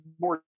more